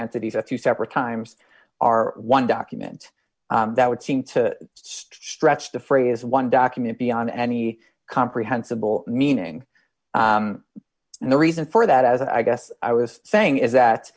entities or two separate times are one document that would seem to stretch the phrase one document beyond any comprehensible meaning and the reason for that as i guess i was saying is that